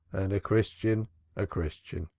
and a christian a christian.